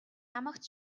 ямагт